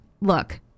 look